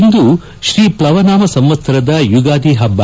ಇಂದು ತ್ರೀ ಫ್ಲವನಾಮ ಸಂವತ್ಪರದ ಯುಗಾದಿ ಹಬ್ಬ